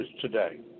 today